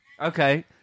Okay